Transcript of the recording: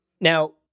Now